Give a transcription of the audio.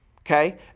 okay